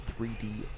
3D